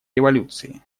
революции